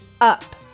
up